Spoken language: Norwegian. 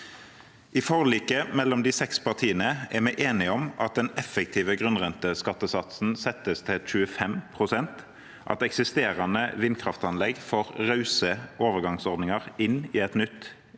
I forliket mellom de seks partiene er vi enige om at den effektive grunnrenteskattesatsen settes til 25 pst., at eksisterende vindkraftanlegg får rause overgangsordninger inn i et nytt